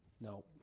no